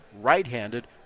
right-handed